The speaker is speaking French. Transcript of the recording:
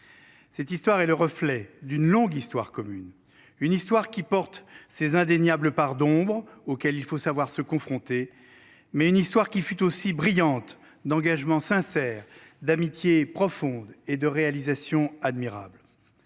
Cette histoire est le reflet d'une longue histoire commune. Une histoire qui porte ses indéniables part d'ombre auquel il faut savoir se confronter mais une histoire qui fut aussi brillante d'engagement sincère d'amitié profonde et de réalisation admirable.